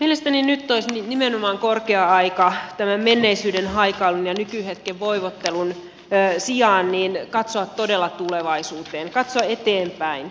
mielestäni nyt olisi nimenomaan korkea aika tämän menneisyyden haikailun ja nykyhetken voivottelun sijaan katsoa todella tulevaisuuteen katsoa eteenpäin